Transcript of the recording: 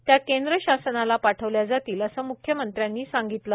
त्या केंद्र शासनाला पाठवल्या जातील असं मुख्यमंत्र्यांनी सांगितलं